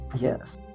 Yes